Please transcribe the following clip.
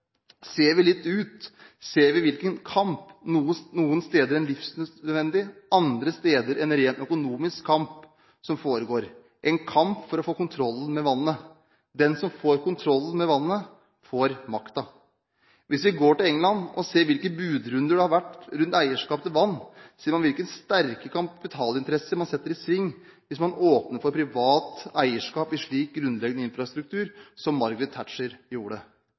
Ser vi litt ut, ser vi hvilken kamp som foregår – noen steder en livsnødvendig kamp, andre steder en rent økonomisk kamp – for å få kontrollen med vannet. Den som får kontrollen med vannet, får makta. Hvis vi går til England og ser hvilke budrunder det har vært rundt eierskap til vann, ser man hvilke sterke kapitalinteresser man setter i sving hvis man åpner for privat eierskap i slik grunnleggende infrastruktur som Margaret Thatcher gjorde.